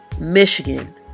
Michigan